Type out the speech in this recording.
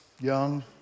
young